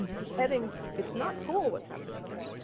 beheadings it's not cool what's happening here.